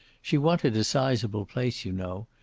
she wanted a sizeable place, you know.